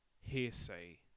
hearsay